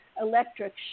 electric